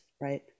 right